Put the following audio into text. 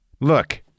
Look